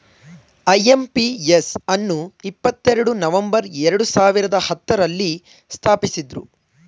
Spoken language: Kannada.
ಐ.ಎಂ.ಪಿ.ಎಸ್ ಅನ್ನು ಇಪ್ಪತ್ತೆರಡು ನವೆಂಬರ್ ಎರಡು ಸಾವಿರದ ಹತ್ತುರಲ್ಲಿ ಸ್ಥಾಪಿಸಿದ್ದ್ರು